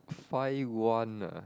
five one ah